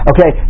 Okay